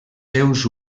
seus